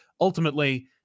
ultimately